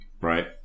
Right